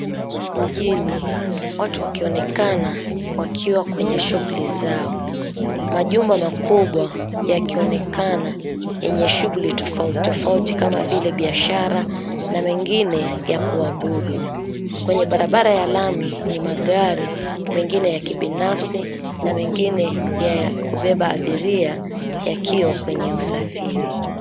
Mjini, watu wakionekana wakiwa kwenye shughuli zao. Majumba makubwa yakionekana, yenye shughuli tofauti tofauti kama vile biashara, na mengine ya kuabudu. Kwenye barabara ya lami, ni magari mengine ya kibinafsi na mengine ya kubeba abiria, yakiwa kwenye usafiri.